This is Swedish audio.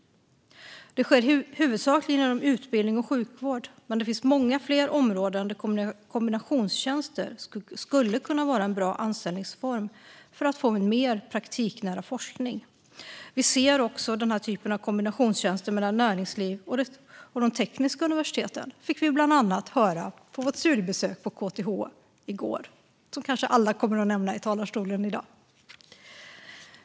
Det sker huvudsakligen inom utbildning och sjukvård, men det finns många fler områden där kombinationstjänster skulle kunna vara en bra anställningsform för att få mer praktiknära forskning. Vi ser också denna typ av kombinationstjänster mellan näringsliv och de tekniska universiteten. Det fick vi höra vid vårt studiebesök på KTH i går, som alla kanske kommer att nämna i talarstolen i dag.